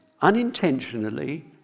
unintentionally